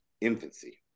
infancy